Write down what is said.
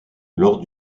lors